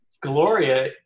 Gloria